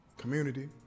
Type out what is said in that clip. community